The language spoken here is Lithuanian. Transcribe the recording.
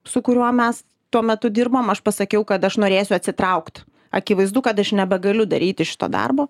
su kuriuo mes tuo metu dirbom aš pasakiau kad aš norėsiu atsitraukt akivaizdu kad aš nebegaliu daryti šito darbo